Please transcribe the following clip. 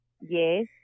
Yes